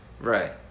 Right